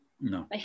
No